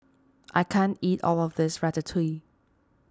I can't eat all of this Ratatouille